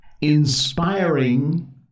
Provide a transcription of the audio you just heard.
inspiring